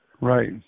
Right